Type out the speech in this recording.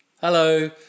Hello